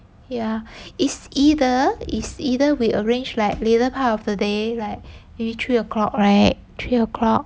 ya is either is either we arrange like later part of the day like maybe three o'clock right three o'clock